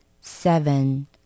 seven